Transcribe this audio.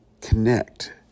connect